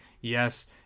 yes